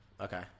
Okay